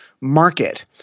market